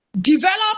develop